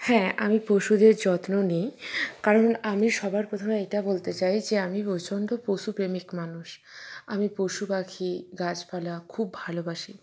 হ্যাঁ আমি পশুদের যত্ন নিই কারণ আমি সবার প্রথমে এইটা বলতে চাই যে আমি প্রচণ্ড পশুপ্রেমিক মানুষ আমি পশুপাখি গাছপালা খুব ভালোবাসি